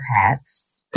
hats